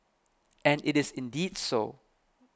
and it is indeed so